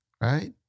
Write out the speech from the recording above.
right